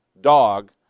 dog